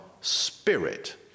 spirit